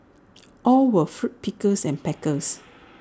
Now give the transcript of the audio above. all were fruit pickers and packers